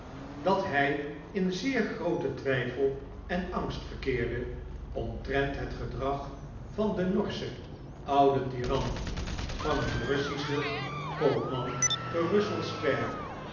dat hij in zeer grooten twijfel en angst verkeerde omtrent het gedrag van den norschen ouden tiran van een russischen koopman